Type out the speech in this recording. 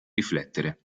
riflettere